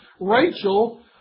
Rachel